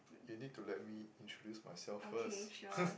you need to let me introduce myself first